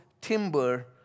timber